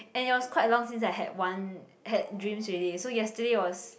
and it was quite long since I had one had dreams already so yesterday was